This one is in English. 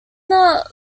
not